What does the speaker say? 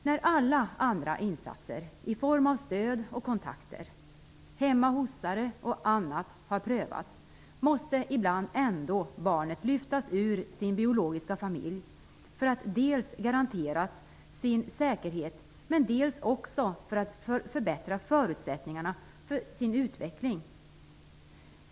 När alla andra insatser i form av stöd och kontakter, ''hemma-hos-are'' och annat har prövats, måste barnet ändå ibland lyftas ur sin biologiska familj för att dels garanteras säkerhet, dels få förbättrade förutsättningar för sin utveckling.